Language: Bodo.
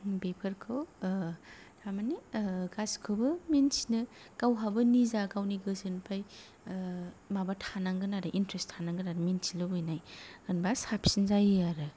बेफोरखौ थारमानि गासिखौनो मिन्थिनो गावहाबो निजा गावनि गोसोनिफ्राय माबा थानांगोन आरो माने इन्टारेस्ट थानांगोन आरो मिन्थिनो लुबैनाय होमब्ला साबसिन जायो आरो